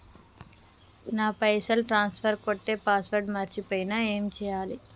నా పైసల్ ట్రాన్స్ఫర్ కొట్టే పాస్వర్డ్ మర్చిపోయిన ఏం చేయాలి?